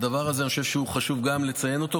אני חושב שחשוב לציין גם את הדבר הזה,